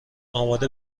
آماده